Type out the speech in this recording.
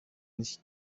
nicht